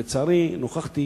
לצערי, נוכחתי